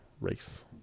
race